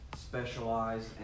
specialized